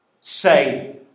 say